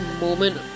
moment